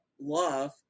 Love